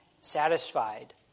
satisfied